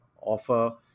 offer